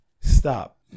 Stop